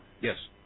Yes